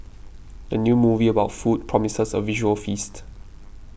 the new movie about food promises a visual feast